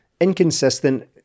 inconsistent